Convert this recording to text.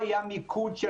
היה 15%,